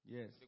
Yes